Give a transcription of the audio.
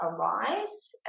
arise